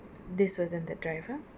this wasn't that driver